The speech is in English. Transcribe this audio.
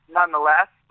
nonetheless